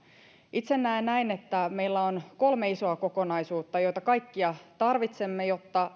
itse näen näin että meillä on kolme isoa kokonaisuutta joita kaikkia tarvitsemme jotta